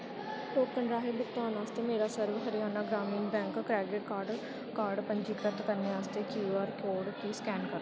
token राहें भुगतान आस्तै मेरा Sarva Haryana Gramin bank credit card card पंजीकृत करने आस्तै क्यू आर कोड गी स्कैन करो